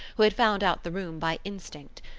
who had found out the room by instinct.